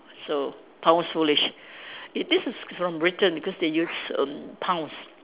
so pound foolish eh this is from Britain cause they use erm pounds